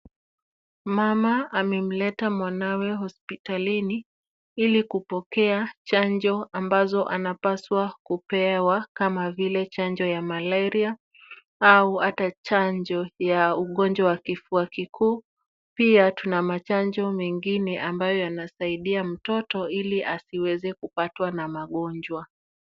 Mama amemleta mwanawe hosipitali ili kupokea chanjo ambazo anapaswa kupewa, kama vile chànjo ya malaria, au hata chanjo wa ugojwa wa kufua kikuu pia tuna machanjo mengine ambayo yanasaidia mtoto ili asiweze kupatwa na magonjwa.